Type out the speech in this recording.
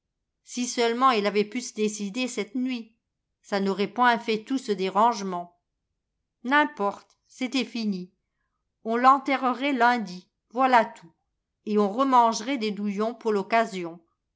si seulement il avait pu s décider c'te nuit ça n'aurait point fait tout ce dérangement n'importe c'était fini on l'enterrerait lundi voilà tout et on remangerait des douilîons pour l'occasion